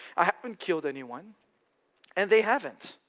i haven't killed anyone and they haven't.